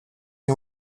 nie